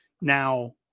Now